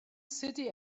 city